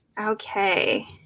okay